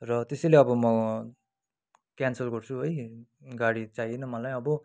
अन्त त्यसैले अब म क्यान्सल गर्छु है गाडी चाहिएन मलाई अब